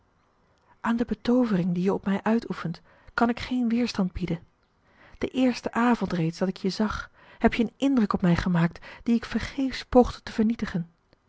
aan de betoovering die je op mij uitoefent kan ik geen weerstand bieden den eersten avond reeds dat ik je zag heb je een indruk op mij gemaakt dien ik vergeefs poogde te vernietigen